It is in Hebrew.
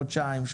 חודשיים,